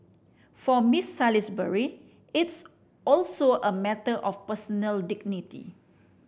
for Miss Salisbury it's also a matter of personal dignity